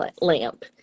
lamp